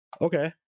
Okay